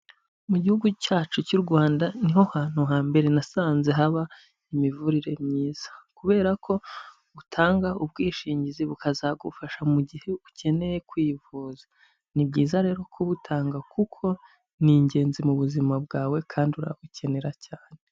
Mu gihugu cyacu cy'u Rwanda niho hantu hambere nasanze haba imivurire myiza kubera ko utanga ubwishingizi bukazagufasha mu gihe ukeneye kwivuza, ni byiza rero kubutanga kuko ni ingenzi mu buzima bwawe kandi urabukenera cyane.